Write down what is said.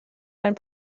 ein